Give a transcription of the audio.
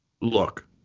look